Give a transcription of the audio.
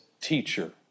teacher